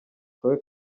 khloe